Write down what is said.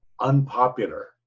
unpopular